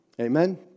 Amen